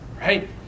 right